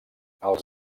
els